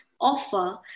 offer